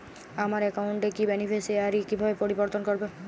আমার অ্যাকাউন্ট র বেনিফিসিয়ারি কিভাবে পরিবর্তন করবো?